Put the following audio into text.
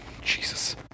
jesus